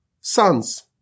sons